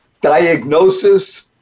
diagnosis